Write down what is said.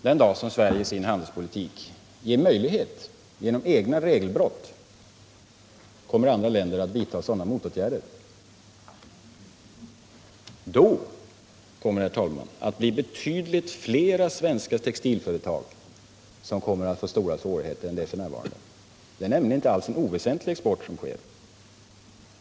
Den dag som Sverige i sin handelspolitik genom egna regelbrott ger möjlighet därtill kommer de länderna att vidta sådana motåtgärder. Då kommer det, herr talman, att bli betydligt fler svenska textilföretag som får stora svårigheter än det är f. n. Vår textila export är nämligen inte alls oväsentlig.